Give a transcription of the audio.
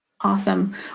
Awesome